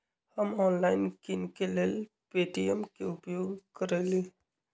हम ऑनलाइन किनेकेँ लेल पे.टी.एम के उपयोग करइले